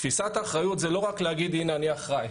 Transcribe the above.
תפיסת האחריות זה לא רק להגיד, הנה, אני אחראי.